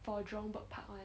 for jurong bird park [one]